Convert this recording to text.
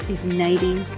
Igniting